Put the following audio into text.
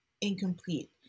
incomplete